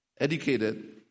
educated